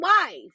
wife